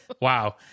wow